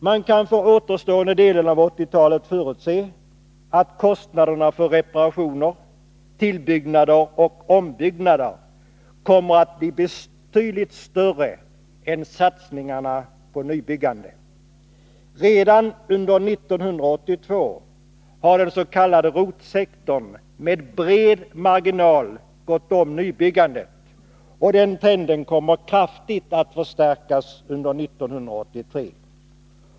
Man kan för den återstående delen av 1980-talet förutse att kostnaderna för reparationer, tillbyggnader och ombyggnader kommer att bli betydligt större än satsningarna på nybyggande. Redan under 1982 har den s.k. rotsektorn med bred marginal gått om nybyggandet, och den trenden kommer att kraftigt förstärkas under 1983.